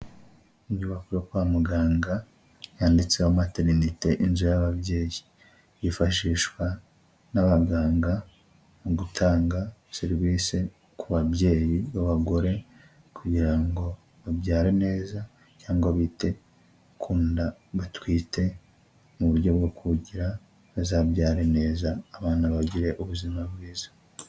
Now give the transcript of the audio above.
Inyubako yo kwa muganga yanditseho materinete (inzu y'ababyeyi ) yifashishwa n'abaganga mu gutanga serivisi ku babyeyi b'abagore kugira ngo babyare neza cyangwa bite ku nda batwite mu buryo bwo kugira ngo bazabyara neza abana bagire ubuzima bwiza.